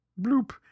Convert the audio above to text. bloop